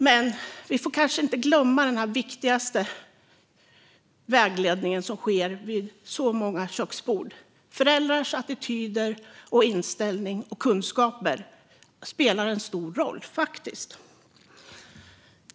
Men vi får inte glömma den viktiga vägledningen vid familjens köksbord. Föräldrars attityd, kunskap och inställning spelar stor roll.